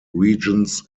regions